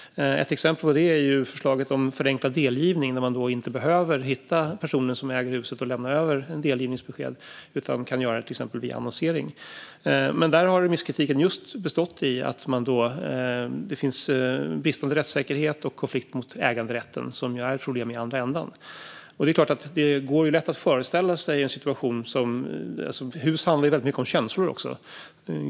Ett exempel är förslaget om förenklad delgivning, att man inte behöver hitta personen som äger huset och lämna över ett delgivningsbesked utan kan göra det till exempel via annonsering. Men där har remisskritiken just bestått i bristande rättssäkerhet och konflikt med äganderätten, som ju är ett problem i andra änden. Hus handlar också väldigt mycket om känslor.